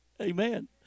Amen